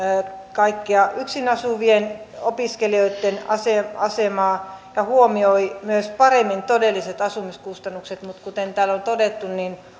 kaikkea yksin asuvien opiskelijoitten asemaa ja huomioi myös paremmin todelliset asumiskustannukset mutta kuten täällä on todettu